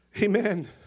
amen